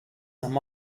i’m